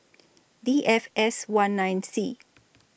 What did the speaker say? D F S one nine C